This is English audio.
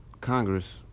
Congress